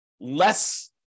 less